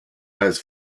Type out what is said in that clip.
has